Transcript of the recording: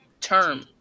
term